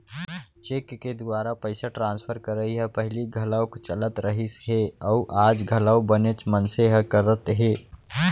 cheque के दुवारा पइसा ट्रांसफर करई ह पहिली घलौक चलत रहिस हे अउ आज घलौ बनेच मनसे ह करत हें